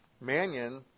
Mannion